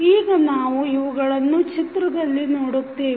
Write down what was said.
ಈಗ ನಾವು ಇವುಗಳನ್ನು ಚಿತ್ರದಲ್ಲಿ ನೋಡುತ್ತೇವೆ